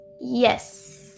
Yes